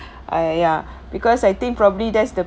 I ya because I think probably that's the